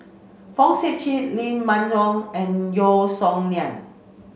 Fong Sip Chee Lee Man Yong and Yeo Song Nian